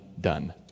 done